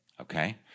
okay